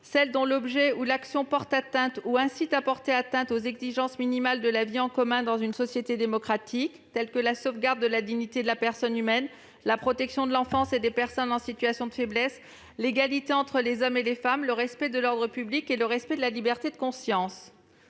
de fait dont l'objet ou l'action porte atteinte, ou incite à porter atteinte, aux exigences minimales de la vie en commun dans une société démocratique, telles que la sauvegarde de la dignité de la personne humaine, la protection de l'enfance et des personnes en situation de faiblesse, l'égalité entre les femmes et les hommes, le respect de l'ordre public et le respect de la liberté de conscience.